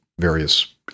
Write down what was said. various